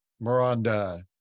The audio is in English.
miranda